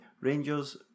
Rangers